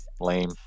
lame